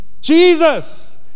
Jesus